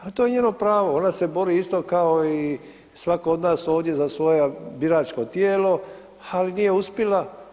A to je njeno pravo, ona se bori isto kao i svatko od nas ovdje za svoje biračko tijelo, ali nije uspjela.